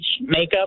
makeup